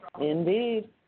Indeed